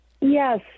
Yes